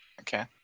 Okay